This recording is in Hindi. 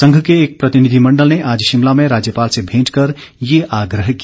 संघ के एक प्रतिनिधिमण्डल ने आज शिमला में राज्यपाल से भेंट कर ये आग्रह किया